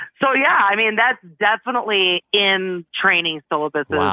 so, yeah, i mean, that's definitely in training syllabuses. wow.